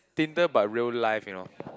tinder but real life you know